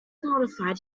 mortified